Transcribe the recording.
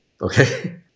Okay